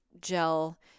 gel